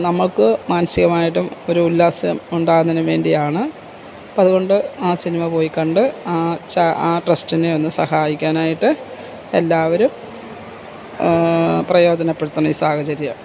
നമ്മൾക്ക് മാനസികമായിട്ടും ഒരു ഉല്ലാസം ഉണ്ടാകുന്നതിനും വേണ്ടിയാണ് അപ്പം അതുകൊണ്ട് ആ സിനിമ പോയി കണ്ടു ആ ട്രസ്റ്റിനെയൊന്ന് സഹായിക്കാനായിട്ട് എല്ലാവരും പ്രയോജനപ്പെടുത്തണം ഈ സാഹചര്യം